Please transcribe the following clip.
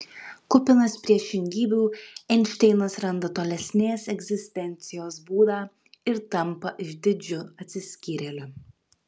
kupinas priešingybių einšteinas randa tolesnės egzistencijos būdą ir tampa išdidžiu atsiskyrėliu